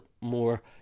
more